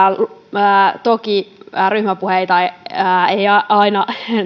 toki ryhmäpuheita ei aina